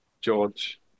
George